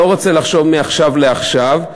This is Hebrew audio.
לא רוצה לחשוב מעכשיו לעכשיו,